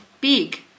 big